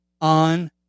on